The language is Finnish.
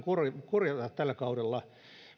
korjata tällä kaudella